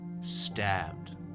stabbed